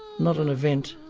not an event.